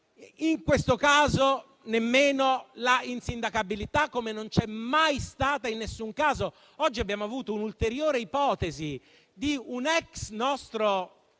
in questo caso nemmeno l'insindacabilità, come non c'è mai stata in nessun caso. Oggi abbiamo avuto l'ulteriore ipotesi di un ex senatore